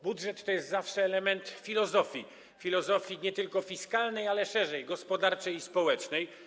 Budżet to jest zawsze element filozofii, filozofii nie tylko fiskalnej, ale szerzej, gospodarczej i społecznej.